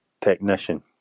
technician